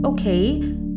Okay